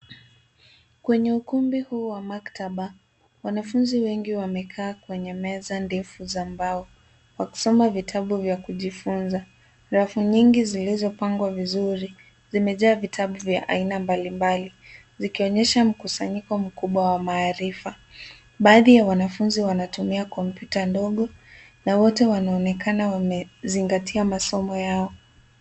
Kwenye ukumbi huu wa maktaba wanafunzi wengi wamekaa kwenye meza ndefu za mbao wakisoma vitabu vya kujifunza. Rafu nyingi zilizopangwa vizuri vimejaa vitabu vya aina mbali mbali vikionyesha mkusanyiko mkubwa wa maarifa, baadhi ya wanafunzi wanatumia kompyuta ndogo na wote wanaonekana wamezingatia masoma yao.